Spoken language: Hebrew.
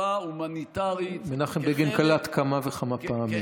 כמחווה הומניטרית, מנחם בגין קלט כמה וכמה פעמים.